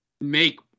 make